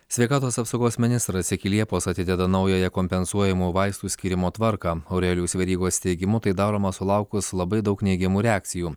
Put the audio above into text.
sveikatos apsaugos ministras iki liepos atideda naująją kompensuojamų vaistų skyrimo tvarką aurelijaus verygos teigimu tai daroma sulaukus labai daug neigiamų reakcijų